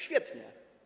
Świetnie.